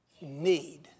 need